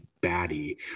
baddie